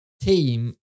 team